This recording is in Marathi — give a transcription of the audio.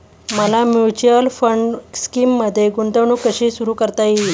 मला म्युच्युअल फंड स्कीममध्ये गुंतवणूक कशी सुरू करता येईल?